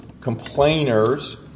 complainers